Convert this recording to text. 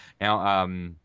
now